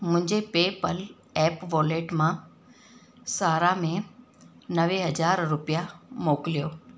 मुंहिंजे PayPal app wallet मां सारा में नवे हज़ार रुपिया मोकिलियो